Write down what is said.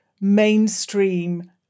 mainstream